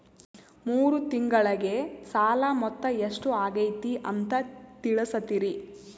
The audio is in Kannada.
ಮೂರು ತಿಂಗಳಗೆ ಸಾಲ ಮೊತ್ತ ಎಷ್ಟು ಆಗೈತಿ ಅಂತ ತಿಳಸತಿರಿ?